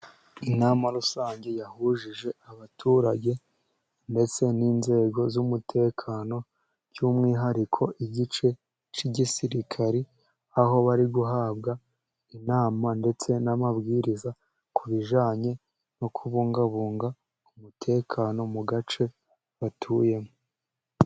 Inama rusange yahujije abaturage ndetse n'inzego z'umutekano by'umwihariko igice cy'igisirikare, aho bari guhabwa inama ndetse n'amabwiriza ku bijyanye no kubungabunga umutekano mu gace batuyemo.